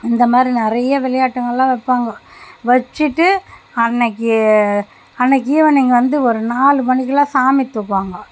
இந்த மாதிரி நிறைய விளையாட்டுங்கள்லாம் வைப்பாங்கோ வச்சுட்டு அன்றைக்கி அன்றைக்கி ஈவினிங் வந்து ஒரு நாலு மணிக்கெலாம் சாமி தூக்குவாங்கோ